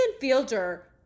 Fielder